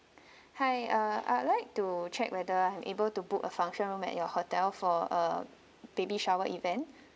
hi uh I'd like to check whether I'm able to book a function room at your hotel for uh baby shower event